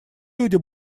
люди